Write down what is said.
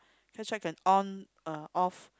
actually I can on uh off